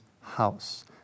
house